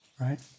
right